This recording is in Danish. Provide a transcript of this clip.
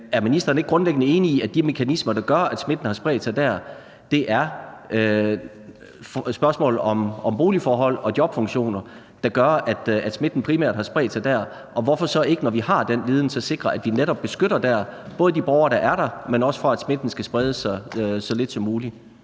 er ministeren ikke grundlæggende enig i, at de mekanismer, der gør, at smitten har spredt sig der, er spørgsmål om boligforhold og jobfunktioner? Det er det, der gør, at smitten primært har spredt sig der. Og hvorfor så ikke, når vi har den viden, sikre, at vi netop beskytter der, både de borgere, der er der, men også for at smitten skal spredes så lidt som muligt?